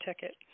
ticket